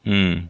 嗯